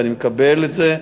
ואני מקבל את זה,